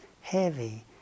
heavy